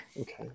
Okay